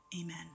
Amen